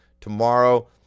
tomorrow